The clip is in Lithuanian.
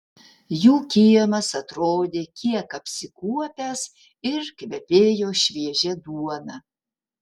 jų kiemas atrodė kiek apsikuopęs ir kvepėjo šviežia duona